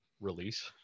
release